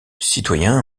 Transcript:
citoyen